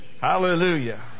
Hallelujah